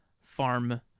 farm